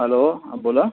hello हां बोला